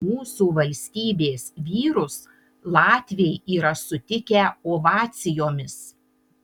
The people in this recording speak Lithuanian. mūsų valstybės vyrus latviai yra sutikę ovacijomis